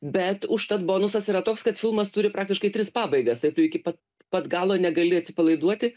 bet užtat bonusas yra toks kad filmas turi praktiškai tris pabaigas tai tu iki pat pat galo negali atsipalaiduoti